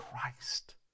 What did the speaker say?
Christ